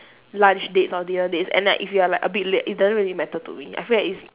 lunch dates or dinner dates and like if you're like a bit late it doesn't really matter to me I feel that it's